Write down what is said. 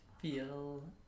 feel